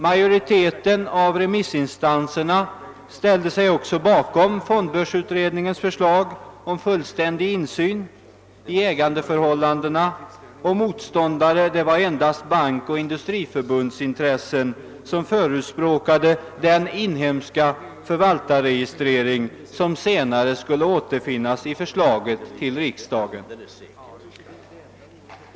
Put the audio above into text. Majoriteten av remissinstanserna ställde sig också bakom fondbörsutredningens förslag om fullständig insyn i ägandeförhållandena; motståndare var endast bankoch industriförbundsintressen, som =<förespråkade den inhemska förvaltarregistrering som senare skulle återfinnas i förslaget till riksdagen.